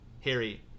Harry